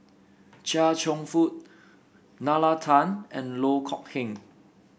Chia Cheong Fook Nalla Tan and Loh Kok Heng